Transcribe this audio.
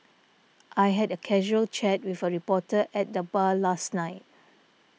I had a casual chat with a reporter at the bar last night